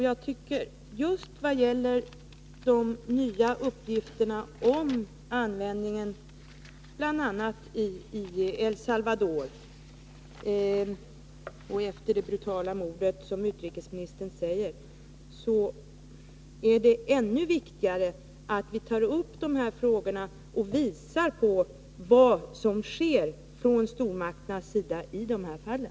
Med tanke på de nya uppgifterna om användningen av BC-stridsmedel bl.a. i El Salvador och på det brutala mord som utrikesministern nämnde är det ännu viktigare att vi tar upp de här frågorna och visar på vad som görs från stormakternas sida i de här fallen.